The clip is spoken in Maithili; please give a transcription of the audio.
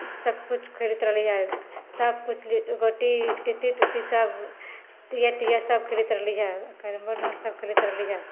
सब कुछ करैत रहली हँ सब कुछ गोटी तीती उति सब सब खेलाइत रहली हँ कैरमबोर्ड उरमबोर्ड सब खेलैत रहली हँ